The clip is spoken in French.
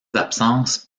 absences